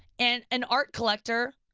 and an art collector,